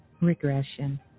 regression